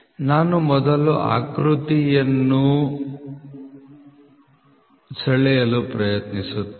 ನಾನು ಮೊದಲು ಆಕೃತಿಯನ್ನು ಬಿಡಿಸಲು ಪ್ರಯತ್ನಿಸುತ್ತೇನೆ